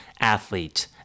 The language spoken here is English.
athlete